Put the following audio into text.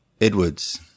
Edwards